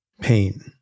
Pain